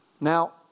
Now